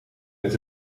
met